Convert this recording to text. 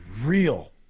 real